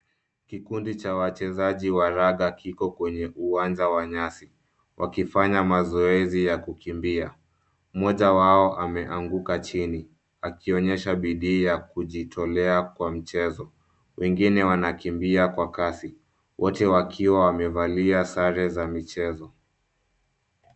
Kikundi cha wachezaji wa raga kiko kwenye uwanja wa nyasi wakifanya mazoezi ya kukimbia. Mmoja wao ameanguka chini akionyesha bidii ya kujitolea kwa mchezo. Wengine wanakimbia kwa kasi, wote wakiwa wamevalia sare za michezo.